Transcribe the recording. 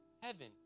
heaven